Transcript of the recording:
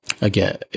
Again